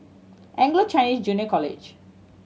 Anglo Chinese Junior College